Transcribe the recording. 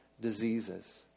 diseases